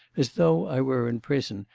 as though i were in prison,